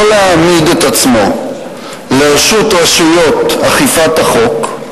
שלא להעמיד עצמו לרשות רשויות אכיפת החוק,